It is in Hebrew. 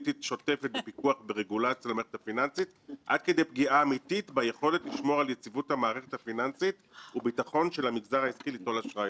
ניכר היה שמבלי לתת לעצמו זמן לבדוק את המציאות הוא מיד השתבלל ביחד